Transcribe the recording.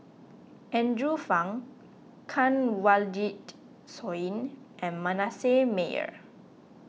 Andrew Phang Kanwaljit Soin and Manasseh Meyer